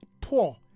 poor